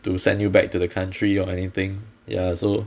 to send you back to the country or anything ya so